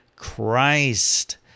Christ